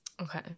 Okay